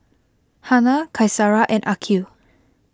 Hana Qaisara and Aqil